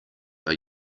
are